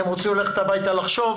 אתם רוצים ללכת הביתה לחשוב?